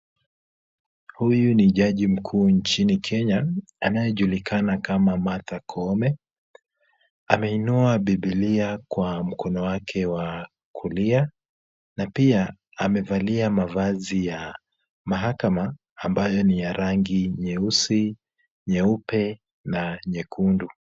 Huyu ni jaji mkuu nchini Kenya, anayejulikana kama Martha Koome. Ameinua Bibilia kwa mkono wake wa kulia na pia amevalia mavazi mahakama ambayo ni ya rangi nyeusi, nyeupe na nyekundu.